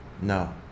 No